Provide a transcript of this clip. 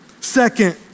Second